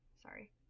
sorry